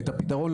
את הפתרון,